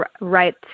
right